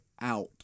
out